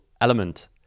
element